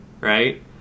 right